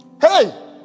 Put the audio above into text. Hey